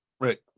Right